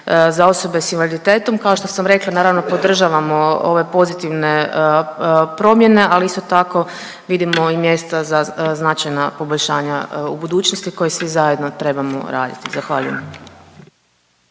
za osobe sa invaliditetom. Kao što sam rekla naravno podržavamo ove pozitivne promjene, ali isto tako vidimo i mjesta za značajna poboljšanja u budućnosti koje svi zajedno trebamo raditi. Zahvaljujem.